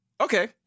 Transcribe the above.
Okay